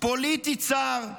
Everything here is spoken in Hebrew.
פוליטי צר,